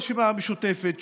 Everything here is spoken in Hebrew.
ברשימה המשותפת,